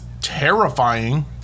terrifying